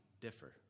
differ